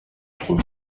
cyn